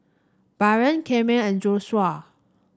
Baron Akeem and Joshua